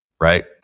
right